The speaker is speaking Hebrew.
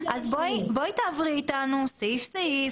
בואי תעברי אתנו סעיף סעיף,